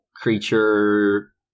creature